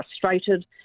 frustrated